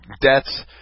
debts